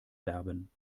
werben